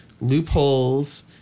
loopholes